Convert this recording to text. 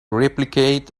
replicate